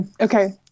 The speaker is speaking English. Okay